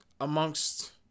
amongst